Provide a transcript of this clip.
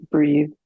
Breathe